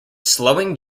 slowing